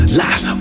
life